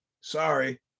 sorry